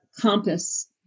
compass